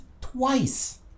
twice